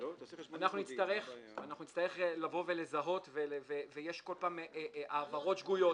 אנחנו נצטרך לבוא ולזהות ויש כל פעם העברות שגויות,